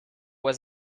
was